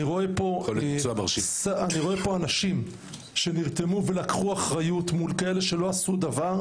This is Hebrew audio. אני רואה פה אנשים שנרתמו ולקחו אחריות מול כאלה שלא עשו דבר,